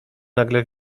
nagle